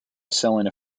selling